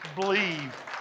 believe